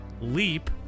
leap